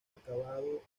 acabado